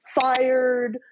fired